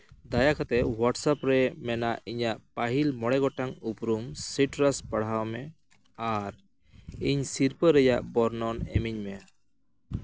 ᱫᱟᱭᱟ ᱠᱟᱛᱮᱫ ᱦᱳᱴᱟᱥᱮᱯ ᱨᱮ ᱢᱮᱱᱟᱜ ᱤᱧᱟᱹᱜ ᱯᱟᱹᱦᱤᱞ ᱢᱚᱬᱮ ᱜᱚᱴᱟᱝ ᱩᱯᱨᱩᱢ ᱥᱤᱛᱟᱨᱟᱥ ᱯᱟᱲᱦᱟᱣ ᱢᱮ ᱟᱨ ᱤᱧ ᱥᱤᱨᱯᱟᱹ ᱨᱮᱭᱟᱜ ᱵᱚᱨᱱᱚᱱ ᱤᱢᱟᱹᱧ ᱢᱮ